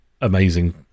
amazing